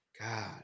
God